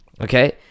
Okay